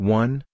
one